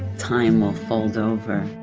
time will fold over.